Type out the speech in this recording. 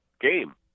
game